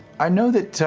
i know that,